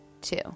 two